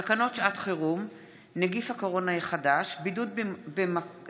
תקנות שעת חירום (נגיף הקורונה החדש) (בידוד